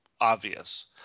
obvious